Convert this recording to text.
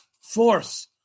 force